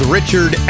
Richard